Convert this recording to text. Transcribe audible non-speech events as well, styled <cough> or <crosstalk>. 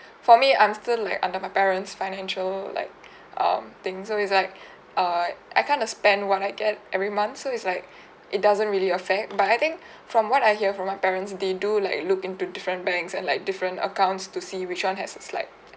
<breath> for me I'm still like under my parents financial like <breath> um thing so it's like <breath> err I kind of spend what I get every month so it's like <breath> it doesn't really affect but I think <breath> from what I hear from my parents they do like look into different banks and like different accounts to see which one has its like